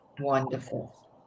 Wonderful